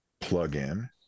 plugin